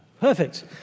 Perfect